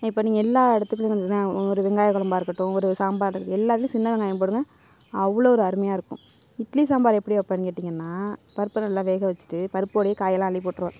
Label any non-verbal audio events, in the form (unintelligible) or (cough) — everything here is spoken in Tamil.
இப்போ நீங்கள் எல்லா (unintelligible) ஒரு வெங்காய குழம்பாருக்கட்டும் ஒரு சாம்பார் அது எல்லாத்துலேயும் சின்ன வெங்காயம் போடுங்க அவ்வளோ ஒரு அருமையாயிருக்கும் இட்லி சாம்பார் எப்படி வைப்பேன்னு கேட்டிங்கனால் பருப்பை நல்லா வேக வச்சுட்டு பருப்போடேயே காயெல்லாம் அள்ளி போட்டுடுவேன்